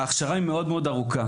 ההכשרה היא מאוד מאוד ארוכה.